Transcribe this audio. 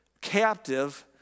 captive